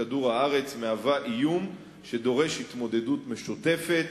כדור-הארץ מהווה איום שדורש התמודדות משותפת,